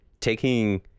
taking